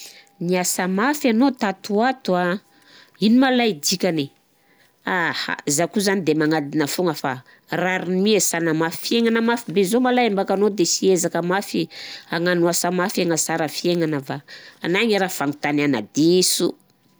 Niasa mafy anao tato ato an, ino ma lahy tsikane? Aha, zah koa zany de magnadina foana fa rariny mi hiasana fiainagna mafy be zao ma lay mbaka anao sy hiezaka mafy. Hagnano asa mafy hagnasara fiainagna fa anahy raha fagnontaniagna diso.